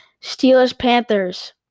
Steelers-Panthers